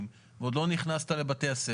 את התכנון המתארי,